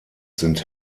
sind